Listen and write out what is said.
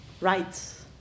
rights